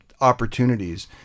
opportunities